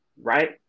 right